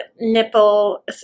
nipple